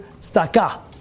staka